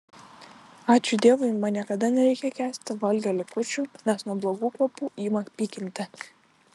ačiū dievui man niekada nereikia kęsti valgio likučių nes nuo blogų kvapų ima pykinti